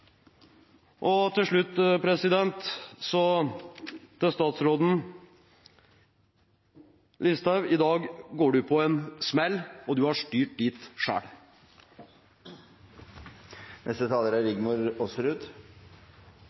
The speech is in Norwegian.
Til slutt til statsråd Listhaug: I dag går hun på en smell, og hun har styrt dit selv. Først vil jeg si at jeg er